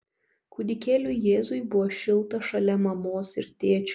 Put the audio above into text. kūdikėliui jėzui buvo šilta šalia mamos ir tėčio